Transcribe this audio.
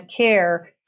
care